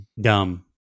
dumb